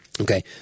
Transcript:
Okay